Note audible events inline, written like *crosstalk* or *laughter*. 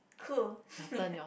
cool *laughs*